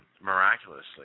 Miraculously